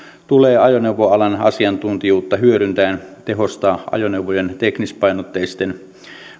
tulee ajoneuvoalan asiantuntijuutta hyödyntäen tehostaa ajoneuvojen teknispainotteisten